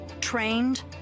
trained